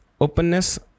openness